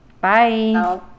Bye